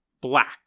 black